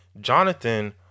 Jonathan